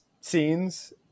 scenes